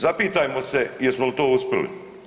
Zapitajmo se jesmo li to uspjeli.